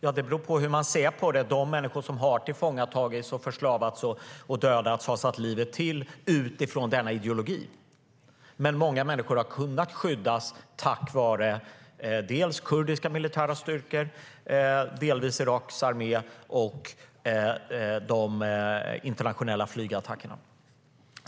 Ja, det beror på hur man ser på det - de människor som har tillfångatagits, förslavats och dödats har satt livet till utifrån denna ideologi. Många människor har dock kunnat skyddas tack vare dels kurdiska militära styrkor, dels Iraks armé och de internationella flygattackerna.